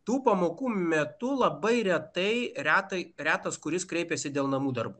tų pamokų metu labai retai retai retas kuris kreipiasi dėl namų darbų